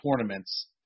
tournaments